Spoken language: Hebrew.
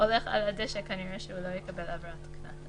הולך על הדשא כנראה שהוא לא יקבל עבירת קנס.